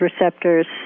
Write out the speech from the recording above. receptors